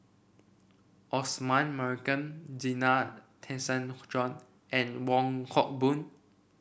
Osman Merican Zena Tessensohn and Wong Hock Boon